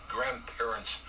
Grandparents